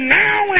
now